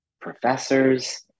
professors